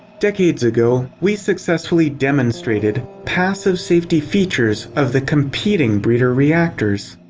decades ago, we successfully demonstrated passive safety features of the competing breeder reactors.